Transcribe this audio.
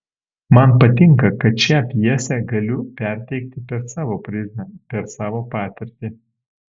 man patinka kad šią pjesę galiu perteikti per savo prizmę per savo patirtį